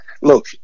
look